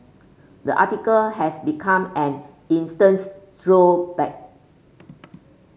the article has become an instance troll bait